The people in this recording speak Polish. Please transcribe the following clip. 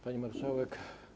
Pani Marszałek!